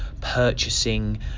purchasing